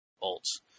bolts